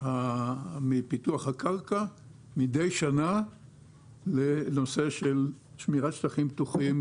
מפיתוח הקרקע מידי שנה לנושא של שמירת שטחים פתוחים,